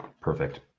perfect